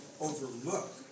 overlook